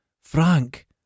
Frank